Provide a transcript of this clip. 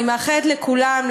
אני מאחלת לכולם,